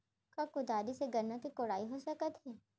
का कुदारी से गन्ना के कोड़ाई हो सकत हे?